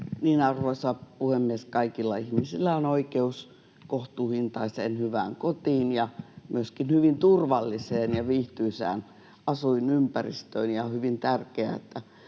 Arvoisa puhemies! Kaikilla ihmisillä on oikeus kohtuuhintaiseen, hyvään kotiin ja myöskin hyvin turvalliseen ja viihtyisään asuinympäristöön, ja on hyvin tärkeää,